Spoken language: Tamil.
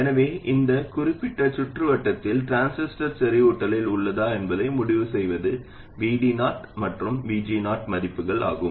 எனவே இந்த குறிப்பிட்ட சுற்றுவட்டத்தில் டிரான்சிஸ்டர் செறிவூட்டலில் உள்ளதா என்பதை முடிவு செய்வது VD0 மற்றும் VG0 மதிப்புகள் ஆகும்